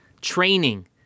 training